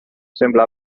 sembla